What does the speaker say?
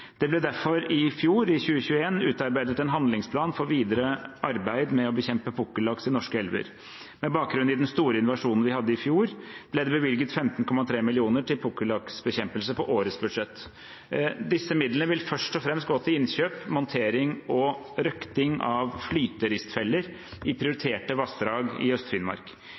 Det ble derfor i fjor, i 2021, utarbeidet en handlingsplan for videre arbeid med å bekjempe pukkellaks i norske elver. Med bakgrunn i den store invasjonen vi hadde i fjor, ble det bevilget 15,3 mill. kr til pukkellaksbekjempelse på årets budsjett. Disse midlene vil først og fremst gå til innkjøp, montering og røkting av flyteristfeller i prioriterte vassdrag i